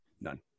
none